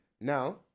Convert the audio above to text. now